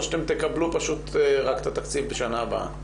או שתקבלו פשוט רק את התקציב של השנה הבאה?